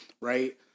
right